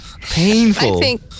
Painful